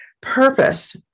purpose